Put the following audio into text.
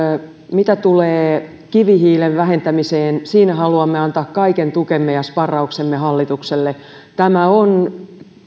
mitä tulee kivihiilen vähentämiseen siinä haluamme antaa kaiken tukemme ja sparrauksemme hallitukselle tämä on